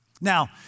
Now